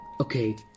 Okay